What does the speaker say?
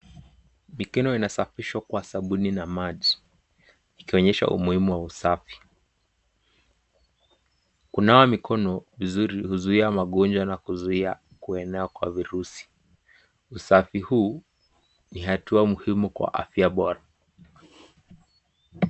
Mikono inasafishwa kwa sabuni na maji, ikionyesha umuhimu wa usafi. Kunawa mikono vizuri huzuia magonjwa na kuzuia kuenea kwa virusi. Usafi huu ni hatua muhimu kwa afya bora.